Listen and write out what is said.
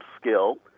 skill